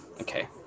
Okay